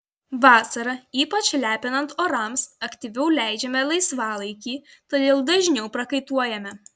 vasarą ypač lepinant orams aktyviau leidžiame laisvalaikį todėl dažniau prakaituojame